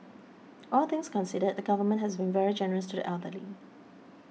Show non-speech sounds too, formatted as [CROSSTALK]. [NOISE] all things considered the Government has been very generous to the elderly